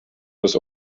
das